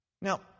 Now